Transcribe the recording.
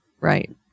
Right